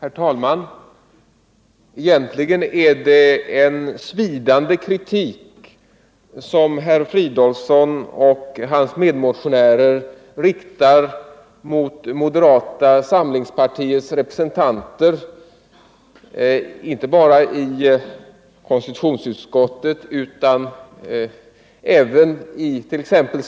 Herr talman! Egentligen är det en svidande kritik som herr Fridolfsson och hans medmotionärer riktar mot moderata samlingspartiets representanter inte bara i konstitutionsutskottet utan även it.ex.